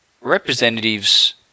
representatives